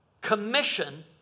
commission